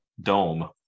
dome